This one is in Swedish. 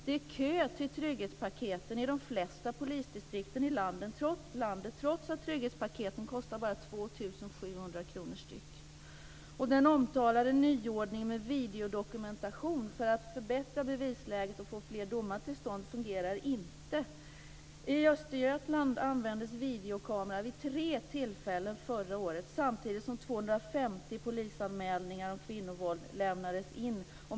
Det är kö till trygghetspaketen i de flesta polisdistrikten i landet, trots att trygghetspaketen bara kostar 2 700 kr per styck. Den omtalade nyordningen med videodokumentation för att man ska kunna förbättra bevisläget och få fler domar till stånd fungerar inte. I Östergötland användes videokamera vid tre tillfällen förra året samtidigt som 250 polisanmälningar om kvinnovåld lämnades in.